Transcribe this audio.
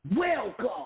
Welcome